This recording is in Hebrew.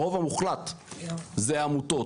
הרוב המוחלט זה עמותות.